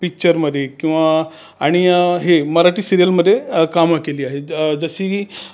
पिच्चरमध्ये किंवा आणि हे मराठी सिरीयलमध्ये कामं केली आहेत ज जशी